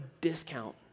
discount